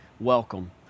Welcome